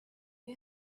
you